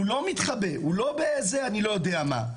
הוא לא מתחבא, הוא לא באיזה אני לא יודע מה.